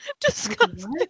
Disgusting